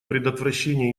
предотвращения